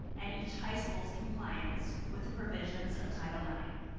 and each high school's compliance with the provisions of title nine.